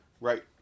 right